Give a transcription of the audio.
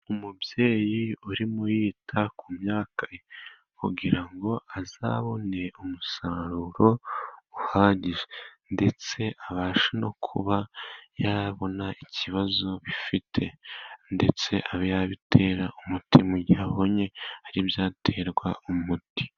Umubyeyi urimo yita ku myaka kugira ngo azabone umusaruro uhagije ndetse abashe no kuba yabona ikibazo bifite ndetse abe yabitera umutima mu gihe abonye hari ibyaterwa umuti.